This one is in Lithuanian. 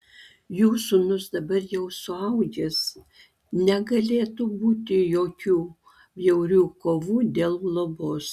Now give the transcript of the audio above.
jų sūnus dabar jau suaugęs negalėtų būti jokių bjaurių kovų dėl globos